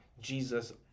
Jesus